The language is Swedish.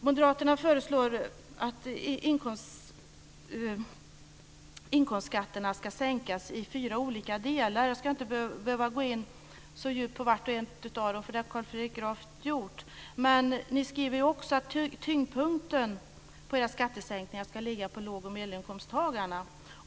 Moderaterna föreslår att inkomstskatterna ska sänkas i fyra olika delar. Jag behöver inte gå in så djupt på var och en av dem, för det har Carl Fredrik Graf gjort. Ni skriver att tyngdpunkten i era skattesänkningar ska ligga på låg och medelinkomsttagarna.